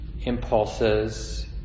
impulses